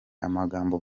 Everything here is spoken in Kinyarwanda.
amagambo